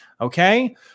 Okay